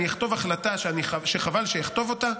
אז אכתוב החלטה שחבל שאכתוב אותה,